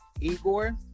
Igor